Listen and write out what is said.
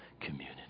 community